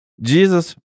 Jesus